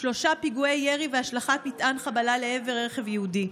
שלושה פיגועי ירי והשלכת מטען חבלה לעבר רכב יהודי.